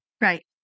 Right